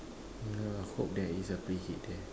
ya hope there is a preheat there